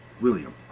William